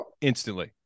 instantly